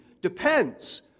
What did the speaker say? depends